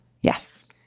yes